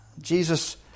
Jesus